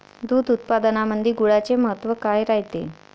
दूध उत्पादनामंदी गुळाचे महत्व काय रायते?